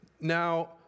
Now